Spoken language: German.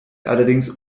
allerdings